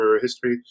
history